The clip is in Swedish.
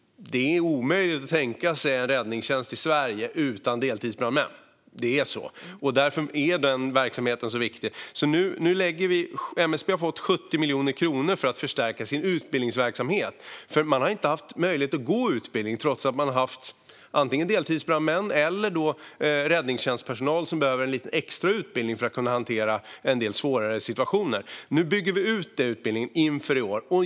Det är omöjligt att tänka sig en räddningstjänst i Sverige utan deltidsbrandmän. Det är så, och det är därför den verksamheten är så viktig. MSB har nu fått 70 miljoner kronor för att förstärka sin utbildningsverksamhet. Man har inte haft möjlighet att ge utbildning trots att man har haft antingen deltidsbrandmän eller räddningstjänstpersonal som behöver lite extra utbildning för att kunna hantera en del svårare situationer. Vi bygger nu ut den utbildningen inför i år.